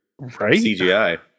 CGI